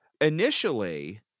Initially